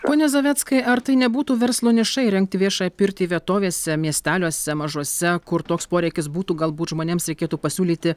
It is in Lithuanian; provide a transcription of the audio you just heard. pone zaveckai ar tai nebūtų verslo niša įrengti viešą pirtį vietovėse miesteliuose mažuose kur toks poreikis būtų galbūt žmonėms reikėtų pasiūlyti